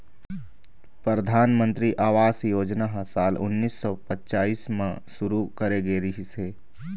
परधानमंतरी आवास योजना ह साल उन्नीस सौ पच्चाइस म शुरू करे गे रिहिस हे